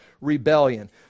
rebellion